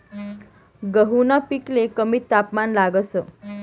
गहूना पिकले कमी तापमान लागस